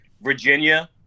Virginia